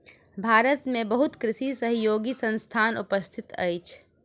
भारत में बहुत कृषि सहयोगी संस्थान उपस्थित अछि